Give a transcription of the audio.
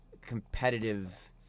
competitive